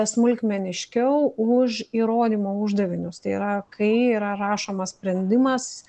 smulkmeniškiau už įrodymo uždavinius tai yra kai yra rašomas sprendimas